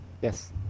Yes